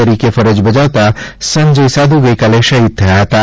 તરીકે ફરજ બજાવતા સંજય સાધુ ગઇકાલે શહીદ થયા હતાં